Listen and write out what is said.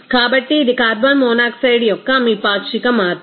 కాబట్టి ఇది carbon monoxide యొక్క మీ పాక్షిక మార్పిడి